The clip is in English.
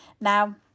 Now